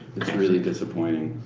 it's really disappointing.